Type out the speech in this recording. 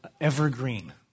evergreen